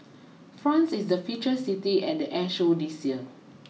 France is the feature city at the air show this year